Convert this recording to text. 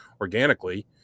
organically